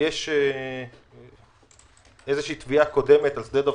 יש תביעה קודמת על שדה דב.